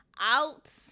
out